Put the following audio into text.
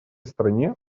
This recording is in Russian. стране